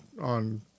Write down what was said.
on